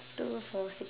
two four six